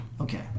Okay